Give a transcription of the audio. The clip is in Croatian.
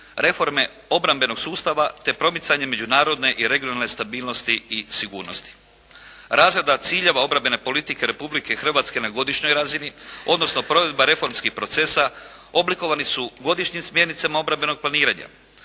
reforme obrambenog sustava, te promicanje međunarodne i regionalne stabilnosti i sigurnosti. Razrada ciljeva obrambene politike Republike Hrvatske na godišnjoj razini, odnosno provedba reformskih procesa, oblikovani su godišnjim smjernicama obrambenog planiranja.